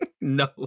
No